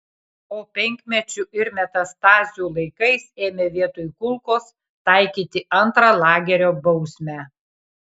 o penkmečių ir metastazių laikais ėmė vietoj kulkos taikyti antrą lagerio bausmę